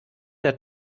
der